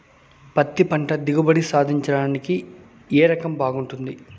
పత్తి పంట దిగుబడి సాధించడానికి ఏ రకం బాగుంటుంది?